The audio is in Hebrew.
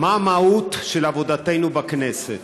מה המהות של עבודתנו בכנסת.